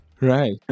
Right